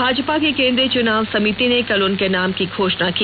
भाजपा की केंद्रीय चुनाव समिति ने कल उनके नाम की घोषणा की